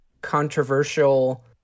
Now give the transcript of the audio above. controversial